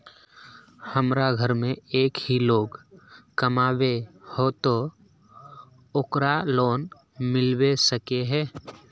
हमरा घर में एक ही लोग कमाबै है ते ओकरा लोन मिलबे सके है?